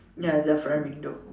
ya the front window